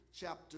chapter